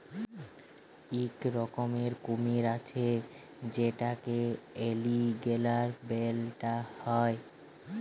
ইক রকমের কুমির আছে যেটকে এলিগ্যাটর ব্যলা হ্যয়